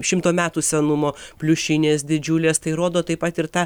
šimto metų senumo pliušinės didžiulės tai rodo taip pat ir tą